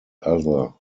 other